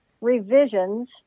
revisions